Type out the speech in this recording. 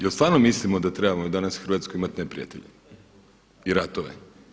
Je li stvarno mislimo da trebamo danas u Hrvatskoj imati neprijatelje i ratove?